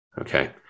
Okay